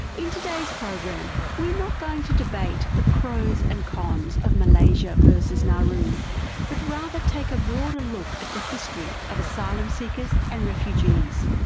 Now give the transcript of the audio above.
in today's program we're not going to debate the pros and cons of malaysia verses nauru but rather take a broader look at the history of asylum seekers and refugees,